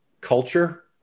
culture